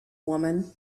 woman